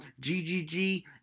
GGG